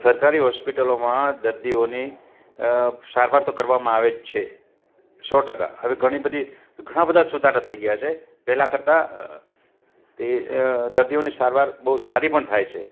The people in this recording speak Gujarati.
સરકારી હોસ્પિટલોમાં દર્દીઓની સારવાર તો કરવામાં આવે જ છે સો ટકા હવે ઘણીબધી ઘણાબધા સુધારા થઈ ગયા છે પહેલાં કરતાં તે દર્દીઓની સારવાર બહુ સારી પણ થાય છે